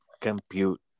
compute